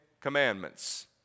Commandments